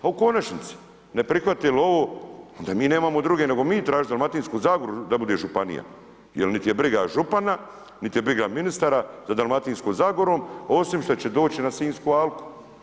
A u konačnici ne prihvati li ovo, onda mi nemamo druge nego mi tražiti Dalmatinsku zagoru da bude županija, jer niti je briga župana, niti je briga ministara za Dalmatinskom zagorom osim što će doći na Sinjsku alku.